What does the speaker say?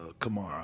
Kamara